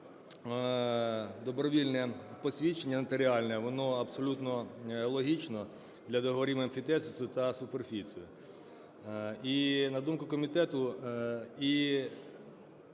добровільне посвідчення нотаріальне воно абсолютно логічне для договорів емфітевзису та суперфіцій. І, на думку комітету,